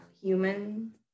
human